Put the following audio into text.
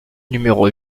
numéro